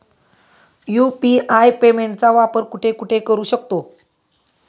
UPI पेमेंटचा वापर कुठे कुठे करू शकतो?